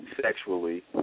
Sexually